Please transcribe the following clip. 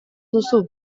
duzu